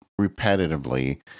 repetitively